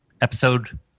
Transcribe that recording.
Episode